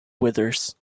withers